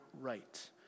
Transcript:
right